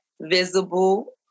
visible